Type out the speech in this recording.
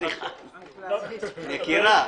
יקירה,